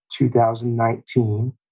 2019